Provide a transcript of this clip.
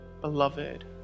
beloved